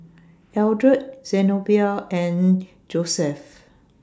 Eldred Zenobia and Joeseph